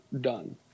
done